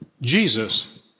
Jesus